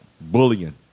bullying